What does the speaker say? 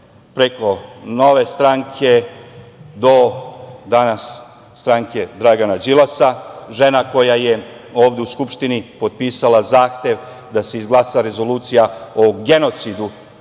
preko Nove stranke, do danas stranke Dragana Đilasa. Žena koja je ovde u Skupštini potpisala zahtev da se izglasa rezolucija o genocidu